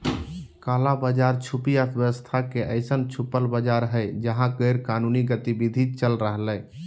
काला बाज़ार छुपी अर्थव्यवस्था के अइसन छुपल बाज़ार हइ जहा गैरकानूनी गतिविधि चल रहलय